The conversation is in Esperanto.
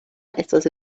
estas